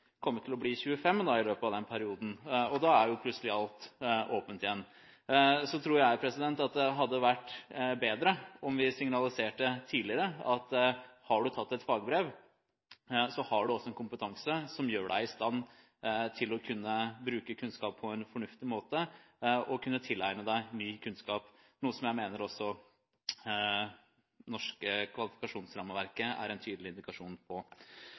til å bli 25 i løpet av den perioden, for da er alt plutselig åpent igjen. Jeg tror det hadde vært bedre om vi signaliserte tidligere at har du tatt et fagbrev, har du også en kompetanse som gjør deg i stand til å kunne bruke kunnskap på en fornuftig måte og å kunne tilegne deg ny kunnskap, noe jeg mener det norske kvalifikasjonsrammeverket er en tydelig indikasjon på.